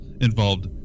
involved